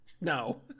No